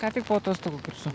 ką tik po atostogų grįžau